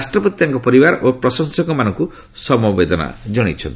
ରାଷ୍ଟପତି ତାଙ୍କର ପରିବାର ଓ ପ୍ରଶଂସକମାନଙ୍କୁ ସମବେଦନ ଜଣାଇଛନ୍ତି